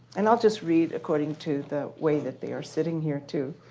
and i'll just read according to the way that they are sitting here too.